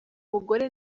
mugore